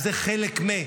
אז זה חלק מזה.